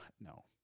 No